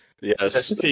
Yes